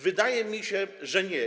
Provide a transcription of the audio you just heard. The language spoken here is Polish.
Wydaje mi się, że nie.